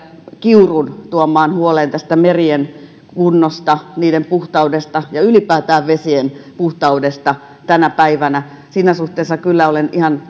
kiurun tuomaan huoleen tästä merien kunnosta niiden puhtaudesta ja ylipäätään vesien puhtaudesta tänä päivänä siinä suhteessa kyllä olen ihan